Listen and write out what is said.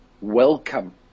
welcome